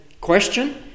question